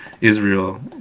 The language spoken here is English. israel